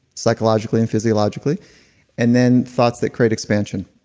psychologically and physiologically and then thoughts that create expansion.